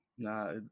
Nah